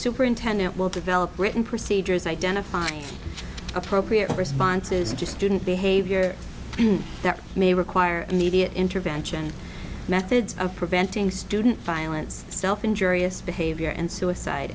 superintendent will develop written procedures identifying appropriate responses to student behavior that may require immediate intervention methods of preventing student violence self injurious behavior and suicide